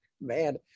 Man